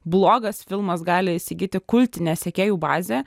blogas filmas gali įsigyti kultinę sekėjų bazę